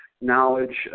knowledge